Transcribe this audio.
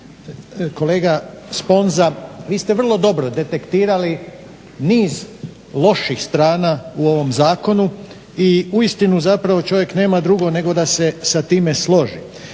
kolega Sponza vi ste vrlo dobro detektirali niz loših strana u ovom zakonu i uistinu zapravo čovjek nema drugo nego da se sa time složi.